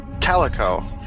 Calico